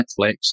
Netflix